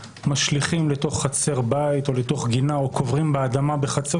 משליכים לתוך חצר בית או לתוך גינה או קוברים באדמה בחצר